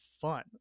fun